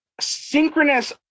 Synchronous